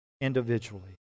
individually